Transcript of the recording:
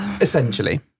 essentially